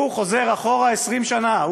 הוא חוזר 20 שנה אחורה.